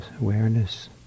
awareness